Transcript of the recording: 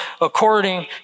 according